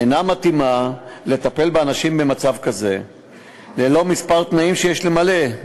אינה מתאימה לטפל באנשים במצב כזה מבלי שיתמלאו כמה תנאים,